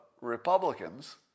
Republicans